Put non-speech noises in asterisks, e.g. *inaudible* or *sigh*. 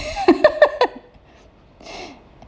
*laughs*